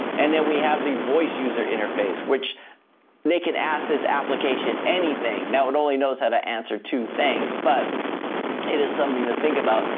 and then we have the voice user user interface which they can ask this application anything. now, it only knows how to answer two things, but it is something to think about.